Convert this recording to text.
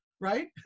right